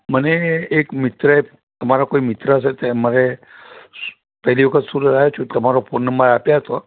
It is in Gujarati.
મને એક મિત્રએ તમારો કોઈ મિત્ર છે તે મને પહેલી વખત સુરત આવ્યો છું તમારો ફોન નંબર આપ્યા તો